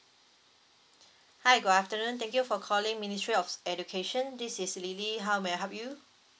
hi good afternoon thank you for calling ministry of education this is lily how may I help you